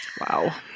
Wow